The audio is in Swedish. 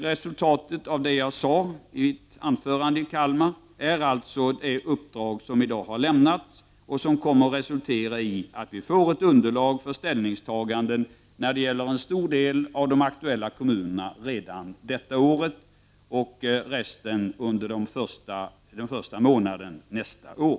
Resultatet när det gäller det som jag sade i mitt anförande i Kalmar är alltså det uppdrag som i dag har lämnats och som kommer att resultera i att vi får ett underlag för ställningstaganden beträffande en stor del av de aktuella kommunerna redan detta år. Resten kommer under den första månaden nästa år.